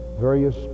various